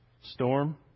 Storm